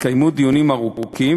התקיימו דיונים ארוכים.